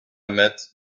met